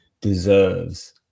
deserves